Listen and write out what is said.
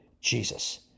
Jesus